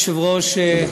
אדוני היושב-ראש,